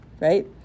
right